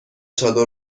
چادر